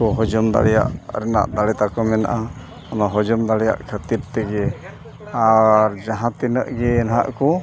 ᱠᱚ ᱦᱚᱡᱚᱢ ᱫᱟᱲᱮᱭᱟᱜ ᱨᱮᱱᱟᱜ ᱫᱟᱲᱮ ᱛᱟᱠᱚ ᱢᱮᱱᱟᱜᱼᱟ ᱚᱱᱟ ᱦᱚᱡᱚᱢ ᱫᱟᱲᱮᱭᱟᱜ ᱠᱷᱟᱹᱛᱤᱨ ᱛᱮᱜᱮ ᱟᱨ ᱡᱟᱦᱟᱸ ᱛᱤᱱᱟᱹᱜ ᱜᱮ ᱱᱟᱦᱟᱜ ᱠᱚ